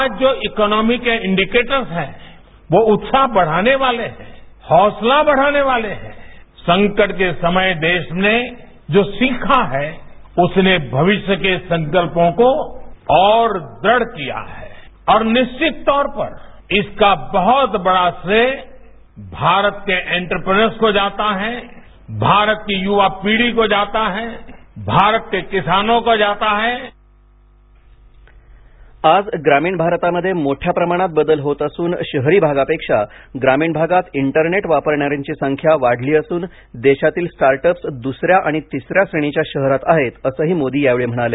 आज जो इक्नोमी के इंडिकेटर्स हैं वो उत्साह बढ़ाने वाले हैं हौसला बढ़ाने वाले हैं संकट के समय देश में जो सीखा है उसने भविष्य के संकल्पों को और दृढ़ किया है और निश्वित तौर पर इसका बहत बड़ा श्रेय भारत के एंटरप्रेस को जाता है भारत की युवा पीढ़ी को जाता है भारत के किसानों को जाता है आज ग्रामीण भारतामध्ये मोठ्या प्रमाणात बदल होत असून शहरी भागापेक्षा ग्रामीण भागात इंटरनेट वापरणाऱ्यांची संख्या वाढली असून देशातील स्टार्टअप्स दुसर्यात आणि तिसर्याि श्रेणीच्या शहरात आहेत असंही मोदी यावेळी म्हणाले